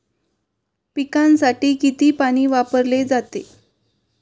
पिकांसाठी किती पाणी वापरले जाते?